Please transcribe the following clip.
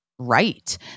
right